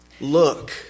Look